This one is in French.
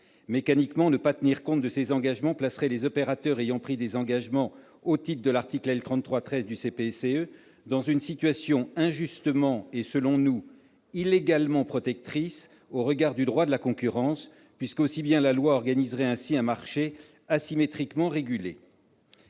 mécaniquement, ne pas tenir compte de ces engagements placerait les opérateurs ayant pris des engagements au titre de l'article L. 33-13 du code des postes et communications électroniques dans une situation injustement et, selon nous, illégalement protectrice au regard du droit de la concurrence, puisque la loi organiserait ainsi un marché asymétriquement régulé.